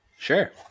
Sure